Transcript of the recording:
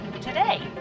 today